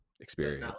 experience